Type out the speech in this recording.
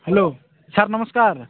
hello sir ନମସ୍କାର